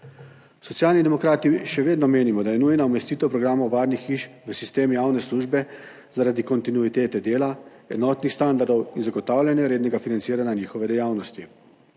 Socialni demokrati še vedno menimo, da je nujna umestitev programov varnih hiš v sistem javne službe zaradi kontinuitete dela, enotnih standardov in zagotavljanja rednega financiranja njihove dejavnosti.